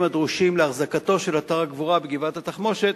הדרושים לאחזקתו של אתר הגבורה בגבעת-התחמושת,